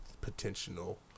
potential